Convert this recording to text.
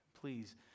Please